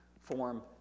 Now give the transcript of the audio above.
form